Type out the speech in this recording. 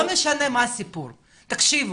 תקשיבו,